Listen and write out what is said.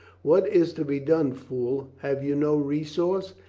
what is to be done, fool? have you no resource?